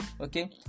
okay